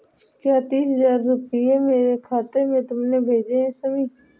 क्या तीस हजार रूपए मेरे खाते में तुमने भेजे है शमी?